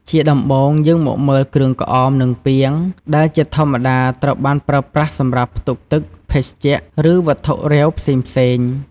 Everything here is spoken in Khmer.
ជាដំំបូងយើងមកមើល គ្រឿងក្អម និងពាង ដែលជាធម្មតាត្រូវបានប្រើប្រាស់សម្រាប់ផ្ទុកទឹក ភេសជ្ជៈ ឬវត្ថុរាវផ្សេងៗ។